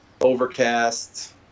overcast